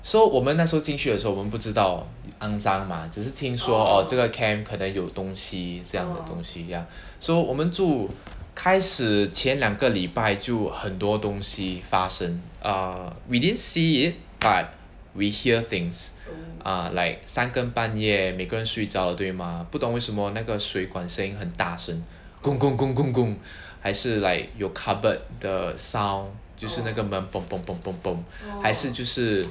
so 我们那时候进去的时候我们不知道肮脏 mah 只是听说 orh 这个 camp 可能有东西这样的东西 ya so 我们住开始前两个礼拜就很多东西发生 err we didn't see it but we hear things are like 三更半夜每个人睡着了对吗不懂为什么那个水管声很大声 还是 like your cupboard the sound 就是那个门 还是就是